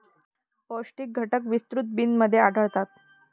पौष्टिक घटक विस्तृत बिनमध्ये आढळतात